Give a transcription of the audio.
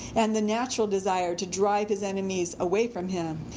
and the natural desire to drive his enemies away from him.